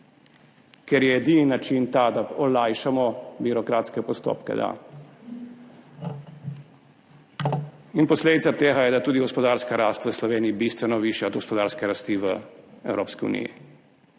ker je edini način ta, da olajšamo birokratske postopke. In posledica tega je, da je tudi gospodarska rast v Sloveniji bistveno višja od gospodarske rasti v Evropski uniji.